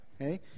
Okay